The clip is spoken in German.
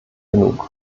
genug